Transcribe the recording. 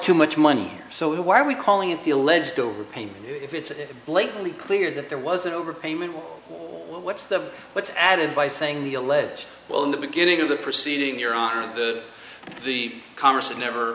too much money so why are we calling it the alleged overpayment if it's blatantly clear that there was an overpayment what's the what's added by saying the alleged well in the beginning of the proceeding you're on to the congress you never